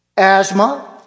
asthma